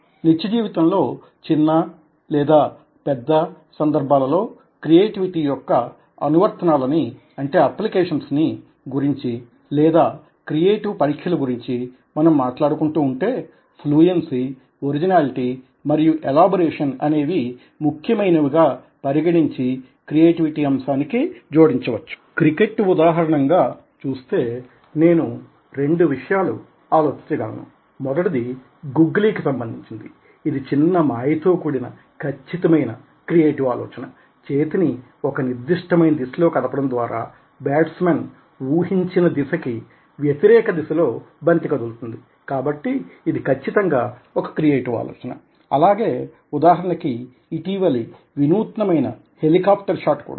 నిత్యజీవితంలో చిన్న లేదా పెద్ద సందర్భాలలో క్రియేటివిటీ యొక్క అనువర్తనాలను గురించి లేదా క్రియేటివ్ పరీక్షల గురించి మనం మాట్లాడుకుంటూ ఉంటే ఫ్లూయెన్సీ ఒరిజినాలిటీ మరియు ఎలాబొరేషన్ అనేవి ముఖ్యమైనవిగా పరిగణించి క్రియేటివిటీ అంశానికి జోడించవచ్చు క్రికెట్ ఉదాహరణగా చూస్తే నేను రెండు విషయాలు ఆలోచించ గలను మొదటిది గుగ్లీ కి సంబంధించినది ఇది చిన్న మాయతో కూడి ఉన్న ఖచ్చితమైన క్రియేటివ్ ఆలోచన చేతిని ఒక నిర్దిష్టమైన దిశలో కదపడం ద్వారా బ్యాట్స్మెన్ ఊహించిన దిశకి వ్యతిరేక దిశలో బంతి కదులుతుంది కాబట్టి ఇది ఖచ్చితంగా ఒక క్రియేటివ్ ఆలోచన అలాగేఉదాహరణకి ఇటీవలి వినూత్న మైన హెలికాప్టర్ షాట్ కూడా